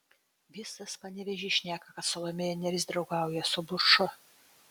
visas panevėžys šneka kad salomėja nėris draugauja su buču